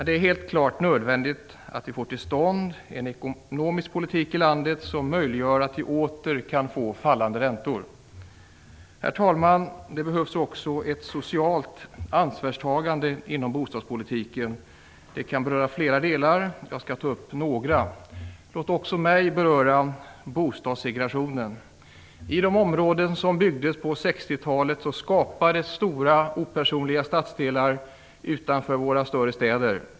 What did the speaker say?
Det är helt klart nödvändigt att vi får till stånd en ekonomisk politik i landet som åter möjliggör fallande räntor. Herr talman! Det behövs också ett socialt ansvarstagande inom bostadspolitiken. Det kan beröra flera delar. Jag skall ta upp några. Låt också mig beröra bostadssegrationen! I de områden som byggdes på 60-talet skapades stora opersonliga stadsdelar utanför våra större städer.